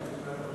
נתקבל.